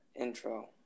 intro